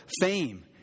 fame